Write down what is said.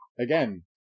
again